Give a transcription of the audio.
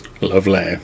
lovely